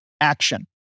action